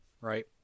right